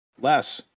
less